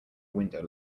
window